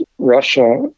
Russia